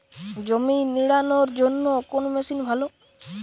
জমি নিড়ানোর জন্য কোন মেশিন ভালো?